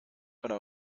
para